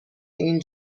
این